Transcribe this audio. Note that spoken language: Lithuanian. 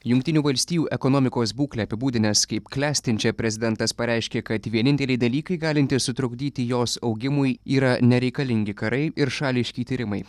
jungtinių valstijų ekonomikos būklę apibūdinęs kaip klestinčią prezidentas pareiškė kad vieninteliai dalykai galintys sutrukdyti jos augimui yra nereikalingi karai ir šališki tyrimai